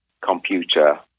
computer